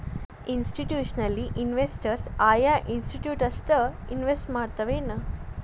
Institutional investors ಆಯಾ institute ಗಷ್ಟ invest ಮಾಡ್ತಾವೆನ್?